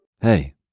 Hey